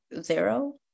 zero